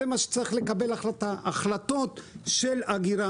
זאת ההחלטה שצריך לקבל, החלטות של אגירה.